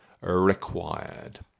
required